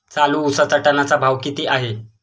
चालू उसाचा टनाचा भाव किती आहे?